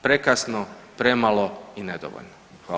Prekasno, premalo i nedovoljno.